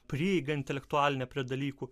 prieigą intelektualinę prie dalykų